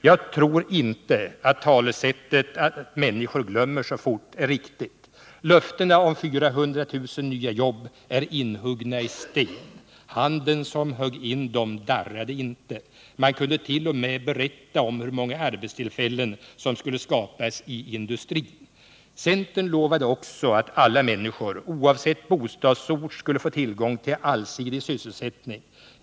Jag tror inte att talesättet att människor glömmer så fort är riktigt. Löftena om 400 000 nya jobb är inhuggna i sten. Handen som högg in dem darrade inte. Man kunde t.o.m. berätta om hur många arbetstillfällen som skulle skapas i industrin. Centern lovade också att alla människor oavsett bostadsort skulle få tillgång till allsidig sysselsättning.